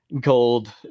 gold